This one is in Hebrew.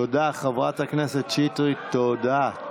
תודה, חברת הכנסת שטרית, תודה.